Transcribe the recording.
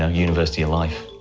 ah university of life.